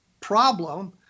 problem